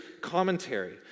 commentary